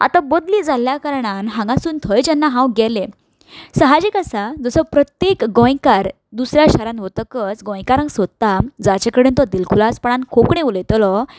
आतां बदली जाल्ल्या कारणान हांगासून थंय जेन्ना हांव गेलें साहाजीक आसा जसो प्रत्येक गोंयकार दुसऱ्या शारान वतकच गोंयकारांक सोदता ताचे कडेन तो दिलकुलासपणान कोंकणी उलयतलो